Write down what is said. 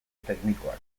teknikoak